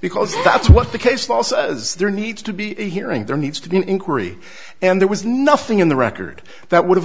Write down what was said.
because that's what the case law says there needs to be a hearing there needs to be an inquiry and there was nothing in the record that would